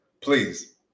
please